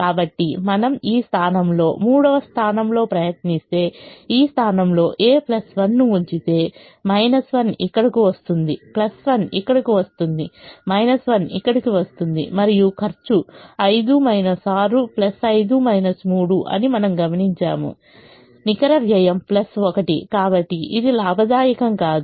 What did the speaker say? కాబట్టి మనము ఈ స్థానంలో మూడవ స్థానంలో ప్రయత్నిస్తే ఈ స్థానంలో a 1 ను ఉంచితే 1 ఇక్కడకు వస్తుంది 1 ఇక్కడకు వస్తుంది 1 ఇక్కడకు వస్తుంది మరియు ఖర్చు 5 6 5 3 అని మనము గమనించాము నికర వ్యయం 1 కాబట్టి ఇది లాభదాయకం కాదు